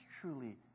truly